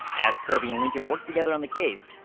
as kirby and lincoln worked together on the case,